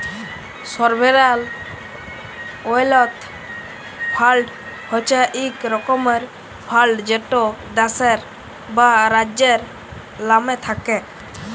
sovereign wealth fund হছে ইক রকমের ফাল্ড যেট দ্যাশের বা রাজ্যের লামে থ্যাকে